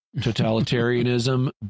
Totalitarianism